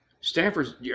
Stanford's